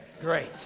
great